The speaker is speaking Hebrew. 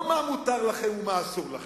לא מה מותר לכם ומה אסור לכם.